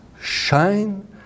shine